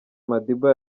madiba